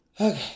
okay